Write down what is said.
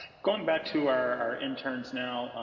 going back to our interns now,